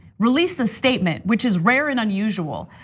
released a statement, which is rare and unusual,